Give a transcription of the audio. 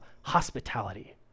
Hospitality